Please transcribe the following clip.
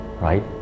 right